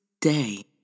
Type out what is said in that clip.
day